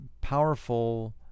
powerful